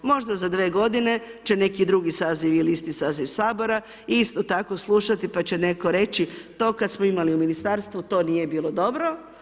Možda za 2 g. će neki drugi saziv ili isti saziv sabora, isto tako slušati, pa će netko reći, to kada smo imali u ministarstvu, to nije bilo dobro.